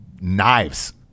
knives